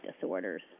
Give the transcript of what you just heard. disorders